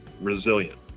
resilient